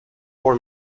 war